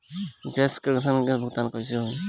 Gas connection के भुगतान कैसे होइ?